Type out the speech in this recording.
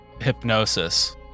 hypnosis